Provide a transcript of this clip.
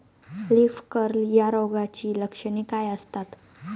Leaf curl या रोगाची लक्षणे काय असतात?